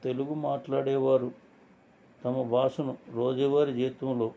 తెలుగు మాట్లాడే వారు తమ భాషను రోజువారీ జీవితంలో